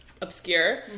obscure